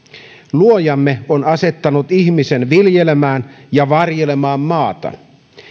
luojamme on asettanut ihmisen viljelemään ja varjelemaan maata